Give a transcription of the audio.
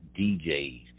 DJs